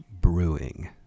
brewing